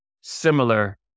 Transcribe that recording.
similar